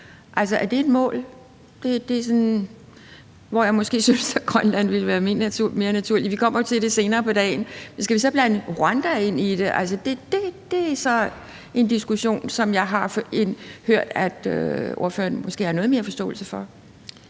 er det et mål? Der synes jeg måske, at Grønland ville være mere naturligt. Vi kommer jo til det senere på dagen. Men skal vi så blande Rwanda ind i det? Altså, det er så en diskussion, som jeg har hørt ordføreren måske har noget mere forståelse for.